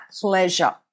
pleasure